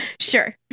sure